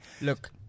Look